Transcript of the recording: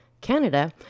Canada